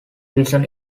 reason